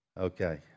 Okay